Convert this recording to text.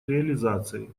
реализации